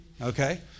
Okay